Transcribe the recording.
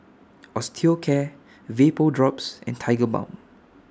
Osteocare Vapodrops and Tigerbalm